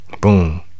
Boom